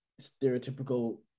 stereotypical